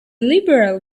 liberal